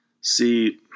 See